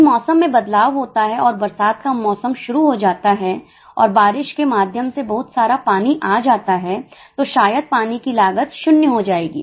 यदि मौसम में बदलाव होता है और बरसात का मौसम शुरू हो जाता है और बारिश के माध्यम से बहुत सारा पानी आ जाता है तो शायद पानी की लागत 0 हो जाएगी